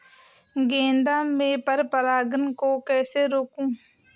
गेंदा में पर परागन को कैसे रोकुं?